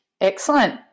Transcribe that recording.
Excellent